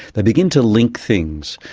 they begin to link things,